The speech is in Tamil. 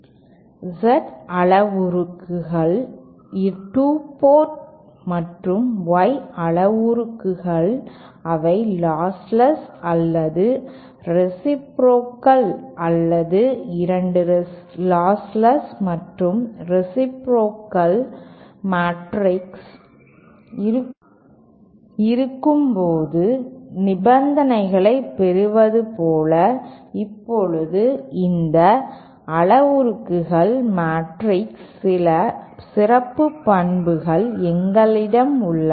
Z அளவுருக்கள் 2 போர்ட்கள் மற்றும் Y அளவுருக்கள் அவை லாஸ்ட்லெஸ் அல்லது ரேசிப்ரோகல் அல்லது இரண்டும் லாஸ்ட்லெஸ் மற்றும் ரேசிப்ரோகல் இருக்கும்போது நிபந்தனைகளைப் பெறுவது போல இப்போது இந்த S அளவுருக்கள் மேட்ரிக்ஸ் சில சிறப்பு பண்புகள் எங்களிடம் உள்ளன